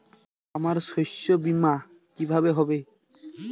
আমার শস্য বীমা কিভাবে হবে?